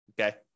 Okay